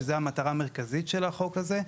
שזו המטרה המרכזית של החוק הזה,